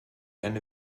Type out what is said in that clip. eine